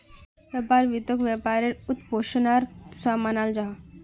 व्यापार वित्तोक व्यापारेर वित्त्पोशानेर सा मानाल जाहा